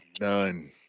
none